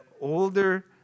older